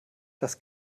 das